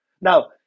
Now